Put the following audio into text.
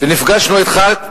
ונפגשנו אתך,